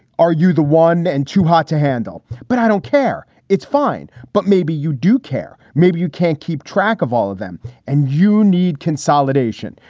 are you the one? and too hot to handle. but i don't care. it's fine. but maybe you do care. maybe you can't keep track of all of them and you need consolidation.